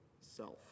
self